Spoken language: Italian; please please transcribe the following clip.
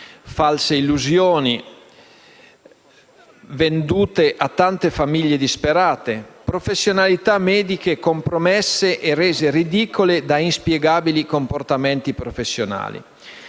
false illusioni vendute a tante famiglie disperate e professionalità mediche compromesse e rese ridicole da inspiegabili comportamenti professionali.